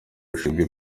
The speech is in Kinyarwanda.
rushinzwe